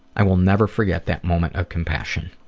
i will never forget that moment of compassion.